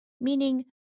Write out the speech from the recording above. meaning